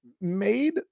made